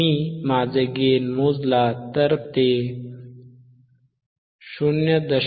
मी माझा गेन मोजला तर तो ०